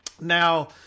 Now